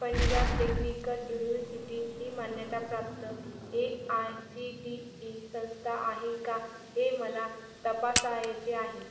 Punjab technical university ही मान्यताप्राप्त A I C T E संस्था आहे का हे मला तपासायचे आहे